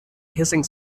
hissing